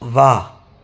वाह